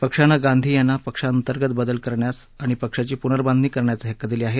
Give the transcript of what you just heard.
पक्षानं गांधी यांना पक्षांतर्गत बदल करण्यास आणि पक्षाची पुर्नबांधणी करण्याचे हक्क दिले आहेत